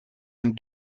een